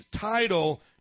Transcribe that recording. title